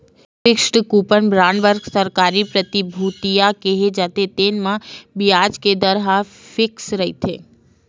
fixed coupon bond बर सरकारी प्रतिभूतिया केहे जाथे, तेन म बियाज के दर ह फिक्स रहिथे